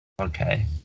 Okay